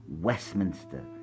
Westminster